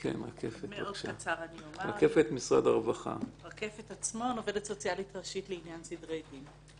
אני עובדת סוציאלית ראשית לעניין סדרי דין ממשרד הרווחה.